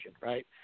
right